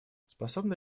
способны